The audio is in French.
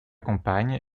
compagne